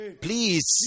please